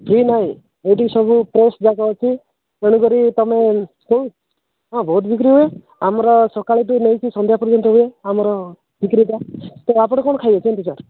free ନାହିଁ ଏଠି ସବୁ ଫ୍ରେସ୍ ଯାକ ଅଛି ତେଣୁ କରି ତୁମେ ହଁ ବହୁତ ବିକ୍ରି ହୁଏ ଆମର ସକାଳଠୁ ନେଇକି ସନ୍ଧ୍ୟା ପର୍ଯ୍ୟନ୍ତ ହୁଏ ଆମର ବିକ୍ରିଟା ତେଣୁ ଆପଣ କ'ଣ ଖାଇବେ କୁହନ୍ତୁ ସାର୍